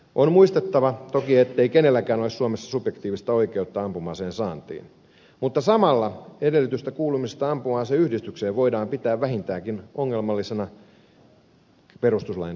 on muistettava toki ettei kenelläkään ole suomessa subjektiivista oikeutta ampuma aseen saantiin mutta samalla edellytystä kuulumisesta ampuma aseyhdistykseen voidaan pitää vähintäänkin ongelmallisena perustuslain kannalta